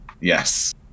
Yes